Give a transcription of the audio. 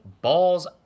balls